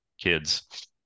kids